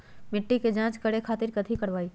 मिट्टी के जाँच करे खातिर कैथी करवाई?